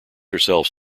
herself